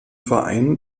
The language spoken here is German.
verein